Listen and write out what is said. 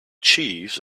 chiefs